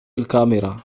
الكاميرا